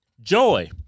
Joy